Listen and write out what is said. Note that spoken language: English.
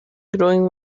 growing